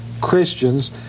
Christians